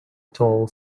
tall